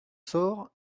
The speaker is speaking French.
sort